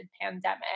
pandemic